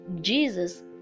Jesus